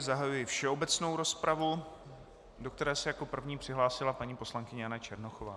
Zahajuji všeobecnou rozpravu, do které se jako první přihlásila paní poslankyně Jana Černochová.